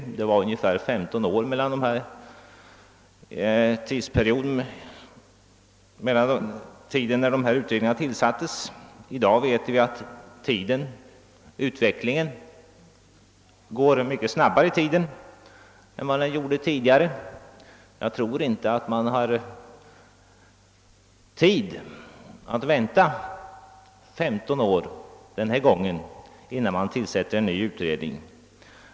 Det hade gått ungefär 15 år mellan tillsättandet av dessa båda utredningar. I dag vet vi att utvecklingen går mycket snabbare än vad den gjorde tidigare. Jag tror inte att man har tid att vänta 15 år den här gången, innan man tillsätter en ny utredning.